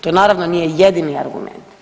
To naravno nije jedini argument.